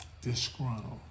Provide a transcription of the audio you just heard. Disgruntled